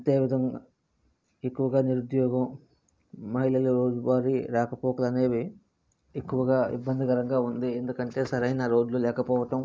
అంతే విధంగ ఎక్కువుగా నిరుద్యోగం అమ్మాయిలలో రోజువారి రాకపోకలనేవి ఎక్కువుగా ఇబ్బందికరంగా ఉంది ఎందుకంటే సరైన రోడ్లు లేకపోవటం